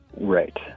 right